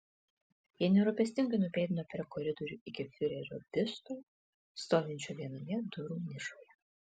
jie nerūpestingai nupėdino per koridorių iki fiurerio biusto stovinčio vienoje durų nišoje